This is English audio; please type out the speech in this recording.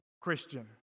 Christian